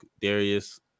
Darius